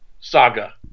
saga